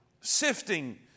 Sifting